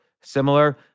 similar